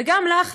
וגם לך,